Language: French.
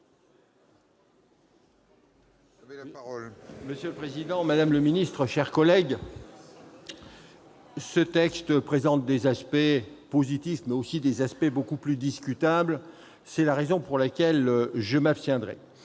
Monsieur le président, madame le ministre, chers collègues, ces textes présentent des aspects positifs, mais aussi des aspects beaucoup plus discutables. C'est la raison pour laquelle je m'abstiendrai.